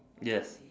yes